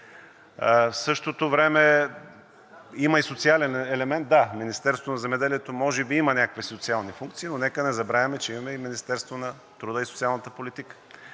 В същото време има и социален елемент. Да, Министерството на земеделието може би има някакви социални функции, но нека не забравяме, че имаме Министерство на труда и социалната политика,